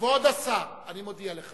כבוד השר, אני מודיע לך